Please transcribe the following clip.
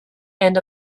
and